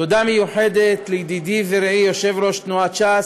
תודה מיוחדת לידידי ורעי יושב-ראש תנועת ש"ס,